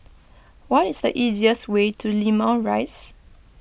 what is the easiest way to Limau Rise